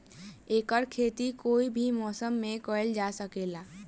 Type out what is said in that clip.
एकर खेती कोई भी मौसम मे कइल जा सके ला